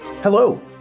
Hello